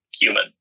human